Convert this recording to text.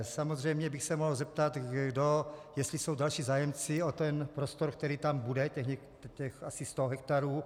Samozřejmě bych se mohl zeptat, jestli jsou další zájemci o ten prostor, který tam bude, těch asi 100 hektarů.